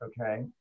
Okay